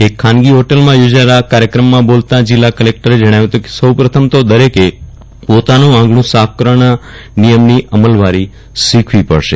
એક ખાનગી ફોટલમાં યોજાયેલા આ કાર્યક્રમમાં બોલતા જિલ્લા કલેક્ટરે જણાવ્યુ ફતું કે સૌ પ્રથમ તો દરેકે પોતાનું આંગણ સાફ રાખવાના નિયમની અમલવારી શીખવી પડશે